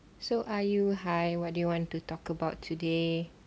so are you hi what do you want to talk about today